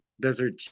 desert